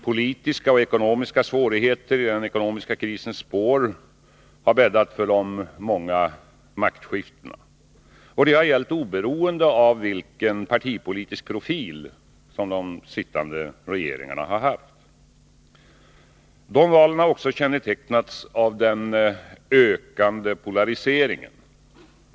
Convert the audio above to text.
Politiska och ekonomiska svårigheter i den ekonomiska krisens spår har bäddat för de många maktskiftena. Det har gällt oberoende av vilken partipolitisk profil som de sittande regeringarna haft. Dessa val har också kännetecknats av den ökande polariseringen.